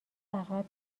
اغلب